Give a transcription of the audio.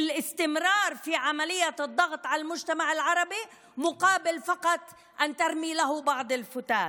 להמשיך להפעיל לחץ על החברה הערבית תמורת מעט פירורים שהיא זורקת לה.